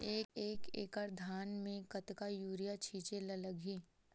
एक एकड़ धान में कतका यूरिया छिंचे ला लगही?